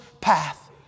path